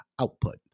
output